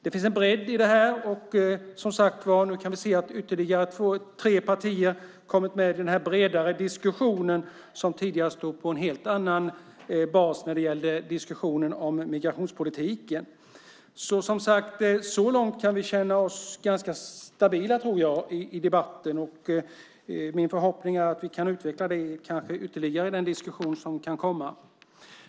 Det finns en bredd i det här. Nu kan vi se att ytterligare tre partier har kommit med i den bredare diskussionen som tidigare stod på en helt annan bas när det gällde migrationspolitiken. Så långt kan vi känna oss ganska stabila, tror jag, i debatten. Min förhoppning är att vi kan utveckla det ytterligare i den diskussion som kan komma.